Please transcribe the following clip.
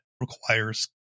requires